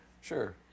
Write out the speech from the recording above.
Sure